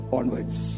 onwards